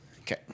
Okay